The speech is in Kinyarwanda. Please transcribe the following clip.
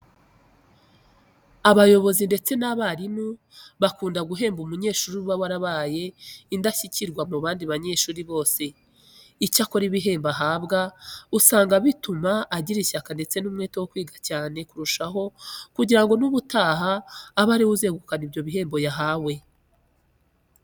Abayobozi ndetse n'abarimu bakunda guhemba umunyeshuri uba warabaye indashyikirwa mu bandi banyeshuri bose. Icyakora ibihembo ahabwa usanga bituma agira ishyaka ndetse n'umwete wo kwiga cyane kurushaho kugira ngo n'ubutaha abe ari we uzegukana ibyo bihembo yahawe.